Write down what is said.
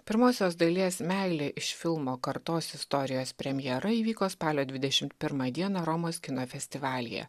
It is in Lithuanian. pirmosios dalies meilė iš filmo kartos istorijos premjera įvyko spalio dvidešimt pirmą dieną romos kino festivalyje